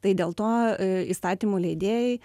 tai dėl to įstatymų leidėjai